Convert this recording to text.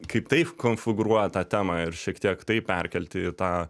kaip tai konfigūruoja tą temą ir šiek tiek tai perkelti ir tą